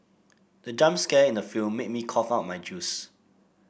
the jump scare in the film made me cough out my juice